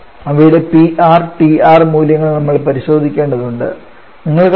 അവയുടെ Pr Tr മൂല്യങ്ങൾ നമ്മൾ പരിശോധിക്കേണ്ടതുണ്ടെന്ന് നിങ്ങൾക്കറിയാം